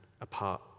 apart